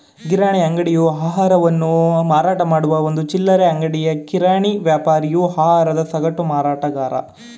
ಕಿರಾಣಿ ಅಂಗಡಿಯು ಆಹಾರವನ್ನು ಮಾರಾಟಮಾಡುವ ಒಂದು ಚಿಲ್ಲರೆ ಅಂಗಡಿ ಕಿರಾಣಿ ವ್ಯಾಪಾರಿಯು ಆಹಾರದ ಸಗಟು ಮಾರಾಟಗಾರ